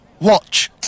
watch